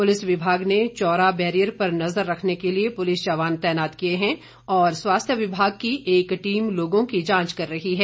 police विभाग ने Chaura barrier पर नज़र रखने के लिए पुलिस जवान तैनात किए हैं और स्वास्थ्य विभाग की एक टीम लोगों की जांच कर रही है